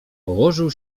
położył